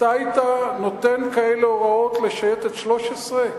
אתה היית נותן כאלה הוראות לשייטת 13?